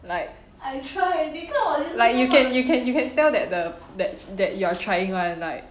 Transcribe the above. like like you can you can you can tell that the that that you are trying [one] like